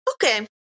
Okay